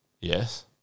Yes